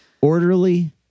orderly